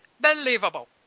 believable